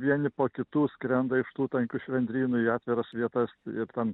vieni po kitų skrenda iš tų tankių švendrynų į atviras vietas ir ten